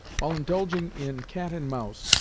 while indulging in cat and mouse,